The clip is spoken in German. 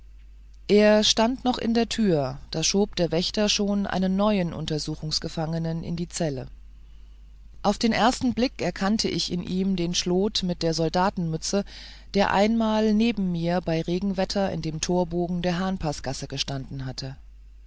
er stand noch in der türe da schob der wärter schon einen neuen untersuchungsgefangenen in die zelle auf den ersten blick erkannte ich in ihm den schlot mit der soldatenmütze der einmal neben mir bei regenwetter in dem torbogen der hahnpaßgasse gestanden hatte